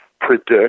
predict